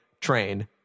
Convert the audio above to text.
train